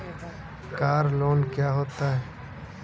Car loan क्या होता है?